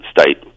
state